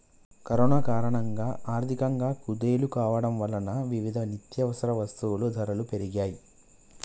corona కారణంగా ఆర్థికంగా కుదేలు కావడం వలన వివిధ నిత్యవసర వస్తువుల ధరలు పెరిగాయ్